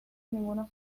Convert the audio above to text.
ninguna